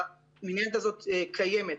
והמנהלת הזאת קיימת.